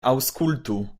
aŭskultu